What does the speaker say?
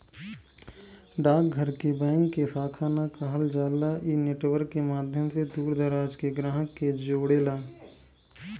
डाक घर के बैंक के शाखा ना कहल जाला इ नेटवर्क के माध्यम से दूर दराज के ग्राहक के जोड़ेला